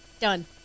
done